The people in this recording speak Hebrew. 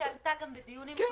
זאת הצעה שעלתה גם בדיונים קודמים.